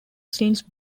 since